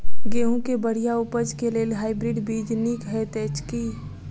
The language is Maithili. गेंहूँ केँ बढ़िया उपज केँ लेल हाइब्रिड बीज नीक हएत अछि की?